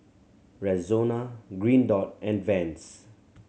Rexona Green Dot and Vans